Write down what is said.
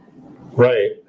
Right